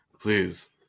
Please